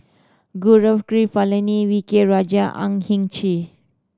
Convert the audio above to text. Gaurav Kripalani V K Rajah Ang Hin Kee